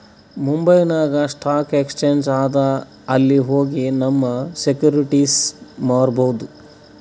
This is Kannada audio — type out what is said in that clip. ಮುಂಬೈನಾಗ್ ಸ್ಟಾಕ್ ಎಕ್ಸ್ಚೇಂಜ್ ಅದಾ ಅಲ್ಲಿ ಹೋಗಿ ನಮ್ ಸೆಕ್ಯೂರಿಟಿಸ್ ಮಾರ್ಬೊದ್